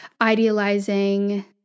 idealizing